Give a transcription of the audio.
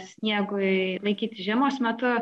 sniegui laikyti žiemos metu